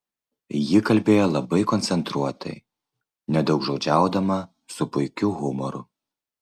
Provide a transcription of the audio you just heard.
ji kalbėjo labai koncentruotai nedaugžodžiaudama su puikiu humoru